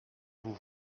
vous